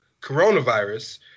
Coronavirus